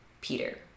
Peter